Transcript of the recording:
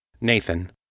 Nathan